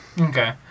Okay